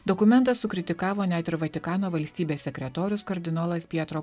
dokumentą sukritikavo net ir vatikano valstybės sekretorius kardinolas pietro